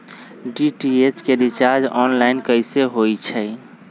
DTH के recharge online कैसे होईछई?